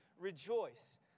rejoice